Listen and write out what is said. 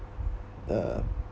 uh